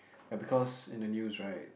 ya because in the news right